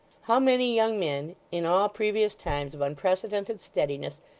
how many young men, in all previous times of unprecedented steadiness,